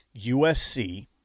USC